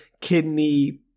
kidney